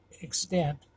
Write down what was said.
extent